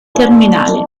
terminale